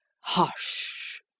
HUSH